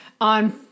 on